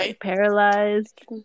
paralyzed